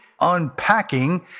unpacking